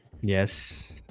Yes